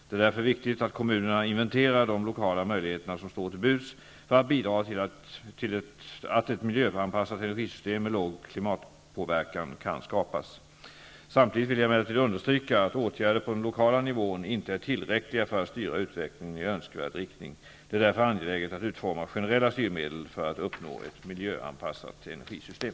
Det är därför viktigt att kommunerna inventerar de lokala möjligheter som står till buds för att bidra till att ett miljöanpassat energisystem med liten klimatpåverkan kan skapas. Samtidigt vill jag emellertid understryka att åtgärder på den lokala nivån inte är tillräckliga för att styra utvecklingen i önskvärd riktning. Det är därför angeläget att utforma generella styrmedel för att uppnå ett miljöanpassat energisystem.